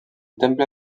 temple